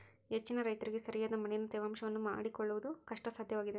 ಹೆಚ್ಚಿನ ರೈತರಿಗೆ ಸರಿಯಾದ ಮಣ್ಣಿನ ತೇವಾಂಶವನ್ನು ಮಾಡಿಕೊಳ್ಳವುದು ಕಷ್ಟಸಾಧ್ಯವಾಗಿದೆ